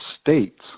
states